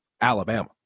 Alabama